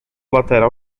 lateral